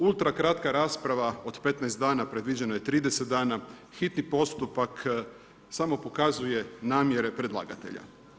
Ultra kratka rasprava od 15 dana, predviđeno je 30 dana, hitni postupak, samo pokazuje namjere predlagatelja.